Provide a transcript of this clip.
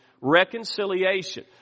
Reconciliation